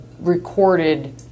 recorded